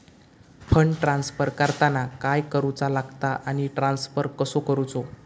Fund transfer करताना काय करुचा लगता आनी ट्रान्स्फर कसो करूचो?